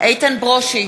איתן ברושי,